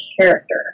character